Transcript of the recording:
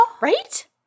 Right